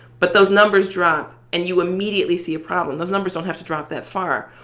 but those numbers drop and you immediately see a problem. those numbers don't have to drop that far.